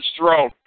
throne